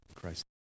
Christ